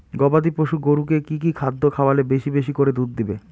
গবাদি পশু গরুকে কী কী খাদ্য খাওয়ালে বেশী বেশী করে দুধ দিবে?